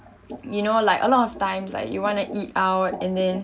you know like a lot of times like you want to eat out and then